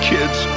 Kids